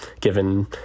given